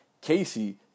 Casey